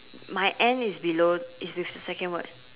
my end is below is with the second word